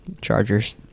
Chargers